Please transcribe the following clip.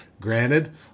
Granted